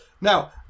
Now